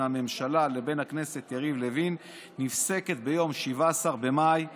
הממשלה לבין הכנסת יריב לוין נפסקת ביום 17 במאי 2020,